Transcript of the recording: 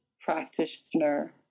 practitioner